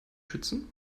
schützen